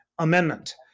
Amendment